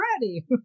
already